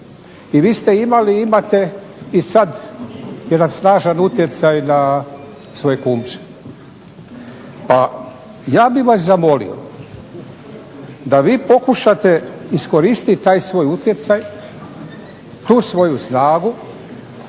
I vi ste imali i imate i sad jedan snažan utjecaj na svoje kumče. Pa ja bih vas zamolio da vi pokušate iskoristiti taj svoj utjecaj, tu svoju snagu